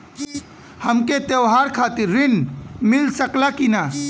हमके त्योहार खातिर त्रण मिल सकला कि ना?